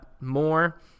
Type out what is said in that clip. more